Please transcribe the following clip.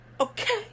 okay